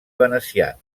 venecians